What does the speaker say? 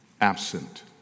absent